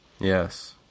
Yes